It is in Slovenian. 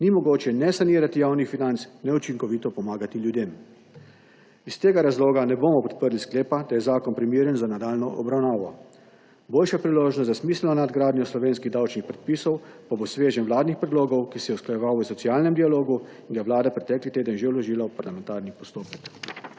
ni mogoče ne sanirati javnih financ, ne učinkovito pomagati ljudem. Iz tega razloga ne bomo podprli sklepa, da je zakon primeren za nadaljnjo obravnavo. Boljša priložnost za smiselno nadgradnjo slovenskih davčnih predpisov pa bo sveženj vladnih predlogov, ki se je usklajeval v socialnem dialogu in ga je vlada pretekli teden že vložila v parlamentarni postopek.